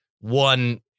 one